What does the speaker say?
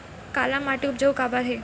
काला माटी उपजाऊ काबर हे?